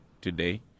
today